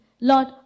Lord